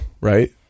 right